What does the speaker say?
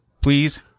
please